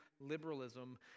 liberalism